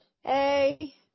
Hey